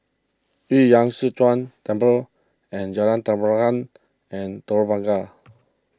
Yu Temple and Jalan Tenteram and Telok Blangah